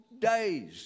days